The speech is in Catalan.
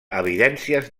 evidències